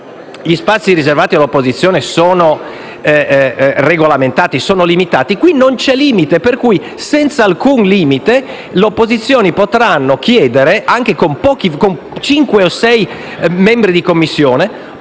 gli spazi riservati all'opposizione sono regolamentati e limitati, qui non c'è limite e dunque, senza alcun limite, le opposizioni potranno chiedere, anche con cinque o sei membri, di intasare